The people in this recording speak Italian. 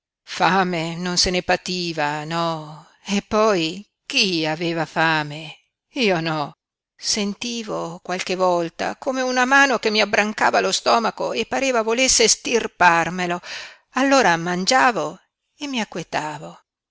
fame non se ne pativa no eppoi chi aveva fame io no sentivo qualche volta come una mano che mi abbrancava lo stomaco e pareva volesse estirparmelo allora mangiavo e mi acquetavo